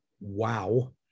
wow